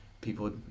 people